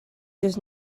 does